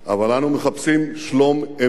אבל אנו מחפשים שלום-אמת,